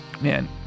Man